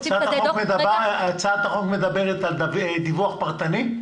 הצעת החוק מדברת על דיווח פרטני?